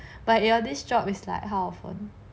but your this job is like how often